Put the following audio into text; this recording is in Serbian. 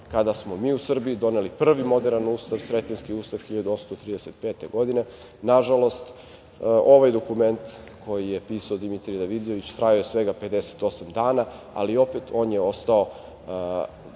kada smo mi u Srbiji doneli prvi moderan Ustav, Sretenjski ustav 1835. godine. Nažalost, ovaj dokument, koji je pisao Dimitrije Davidović, trajao je svega 58 dana, ali opet on je ostao